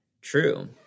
true